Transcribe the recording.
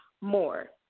more